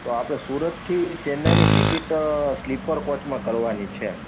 તો આપણે સુરતથી ચેન્નાઈની ટિકિટ સ્લીપર કોચમાં કરવાની છે